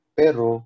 pero